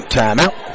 timeout